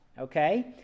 Okay